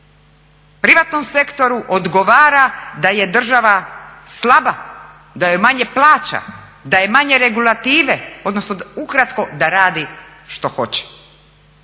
Privatnom sektoru odgovara da je država slaba, da joj manje plaća, da je manje regulative odnosno ukratko da radi što hoće.